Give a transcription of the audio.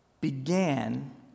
began